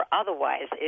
otherwise